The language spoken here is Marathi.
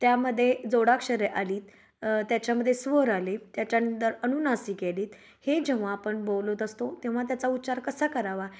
त्यामध्ये जोडाक्षरे आलीत त्याच्यामध्ये स्वर आले त्याच्यानंतर अनुनासिक आलीत हे जेव्हा आपण बोलत असतो तेव्हा त्याचा उचार कसा करावा